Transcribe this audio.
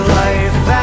life